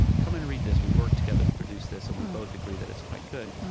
come and read this. we've worked together to produce this, and we both agree that it's quite good.